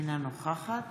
אינה נוכחת